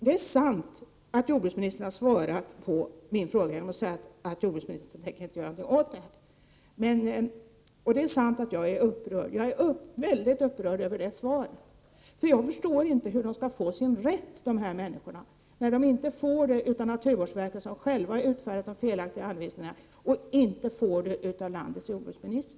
Det är sant att jordbruksministern har svarat på min fråga genom att säga att han inte tänker göra någonting åt saken. Det är också sant att jag är upprörd. Jag är väldigt upprörd över det svaret eftersom jag inte förstår hur dessa människor skall få sin rätt. De får den inte av naturvårdsverket som har utfärdat de felaktiga anvisningarna och de får den inte av landets jordbruksminister.